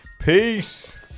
Peace